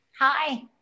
Hi